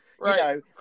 right